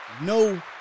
No